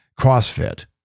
CrossFit